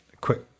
quick